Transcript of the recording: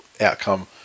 outcome